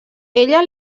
ella